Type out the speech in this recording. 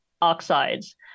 oxides